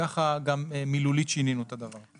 כך גם מילולית שינינו את הדבר.